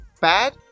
bad